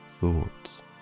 thoughts